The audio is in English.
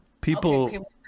People